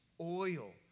oil